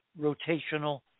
rotational